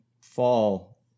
fall